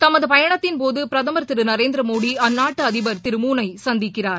தமது பயணத்தின்போது பிரதமர் திரு நரேந்திர மோடி அந்நாட்டு அதிபர் திரு மூன் னை சந்திக்கிறார்